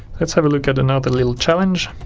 let's have a look at another little challenge